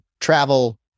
travel